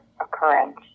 occurrence